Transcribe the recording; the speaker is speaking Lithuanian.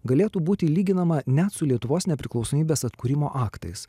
galėtų būti lyginama net su lietuvos nepriklausomybės atkūrimo aktais